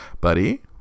Buddy